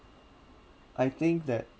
I think that